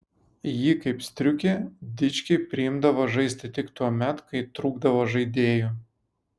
jį kaip striukį dičkiai priimdavo žaisti tik tuomet kai trūkdavo žaidėjų